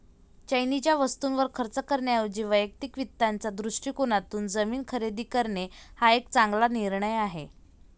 चैनीच्या वस्तूंवर खर्च करण्याऐवजी वैयक्तिक वित्ताच्या दृष्टिकोनातून जमीन खरेदी करणे हा एक चांगला निर्णय आहे